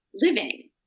Living